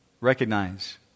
Recognize